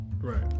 right